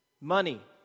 money